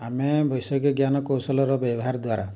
ଆମେ ବୈଷୟିକ ଜ୍ଞାନ କୌଶଲର ବ୍ୟବହାର ଦ୍ୱାରା